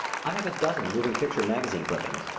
i have a dozen moving picture magazine clippings,